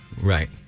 Right